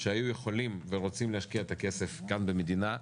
שהיו יכולים ורוצים להשקיע את הכסף כאן במדינה,